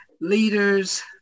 leaders